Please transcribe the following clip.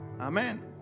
Amen